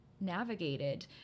navigated